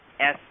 -S